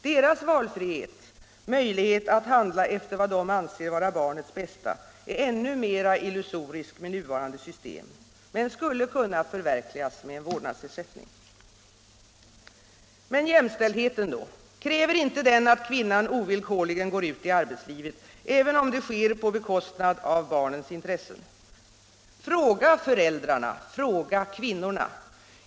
Deras valfrihet, deras möjlighet att handla efter vad de anser vara hemmets bästa, är ännu mera illusorisk med nuvarande system men skulle kunna förverkligas med en vårdnadsersättning. Men jämställdheten då? Kräver inte den att kvinnan ovillkorligen går ut i arbetslivet, även om det sker på bekostnad av barnens intressen? Fråga föräldrarna, fråga kvinnorna!